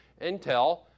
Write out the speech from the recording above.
intel